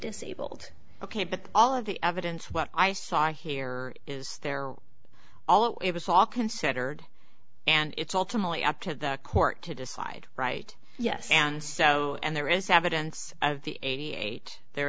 disabled ok but all of the evidence what i saw here is they're all it was all considered and it's all tamale up to the court to decide right yes and so and there is evidence of the eighty eight there